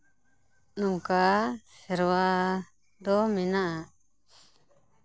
ᱱᱚᱝᱠᱟ ᱥᱮᱨᱣᱟ ᱫᱚ ᱢᱮᱱᱟᱜᱼᱟ